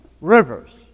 rivers